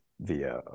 via